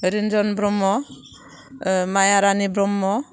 Ronjon Brahma Maya Rani Brahma